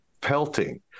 pelting